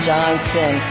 Johnson